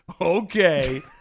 Okay